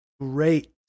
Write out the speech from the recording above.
great